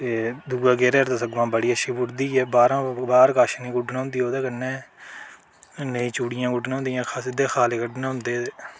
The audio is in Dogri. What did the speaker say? ते दुए गेह्रै र सगुआं बड़ी अच्छी बुढ़दी ऐ बाह्रां बाह्र कच्छ निं गुड्डन होंदी ओह्दे कन्नै नेईं चूड़ियां गुड्डनां होंदियां सिद्धे खाले कड्ढने होंदे ते